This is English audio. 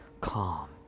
calm